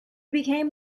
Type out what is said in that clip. became